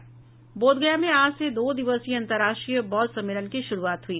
बोधगया में आज से दो दिवसीय अंतरराष्ट्रीय बौद्ध सम्मेलन की शुरुआत हुई